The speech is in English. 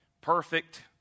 perfect